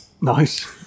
nice